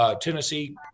Tennessee